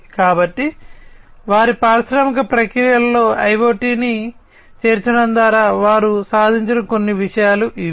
కాబట్టి వారి పారిశ్రామిక ప్రక్రియలలో IoT ను చేర్చడం ద్వారా వారు సాధించిన కొన్ని విషయాలు ఇవి